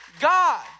God